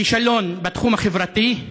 כישלון בתחום החברתי,